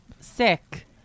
sick